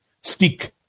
stick